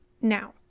Now